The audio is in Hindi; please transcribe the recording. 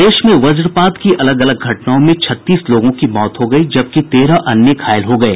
प्रदेश में वज्रपात की अलग अलग घटनाओं में छत्तीस लोगों की मौत हो गयी जबकि तेरह अन्य घायल हो गये